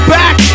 back